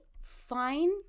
fine